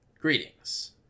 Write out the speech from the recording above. greetings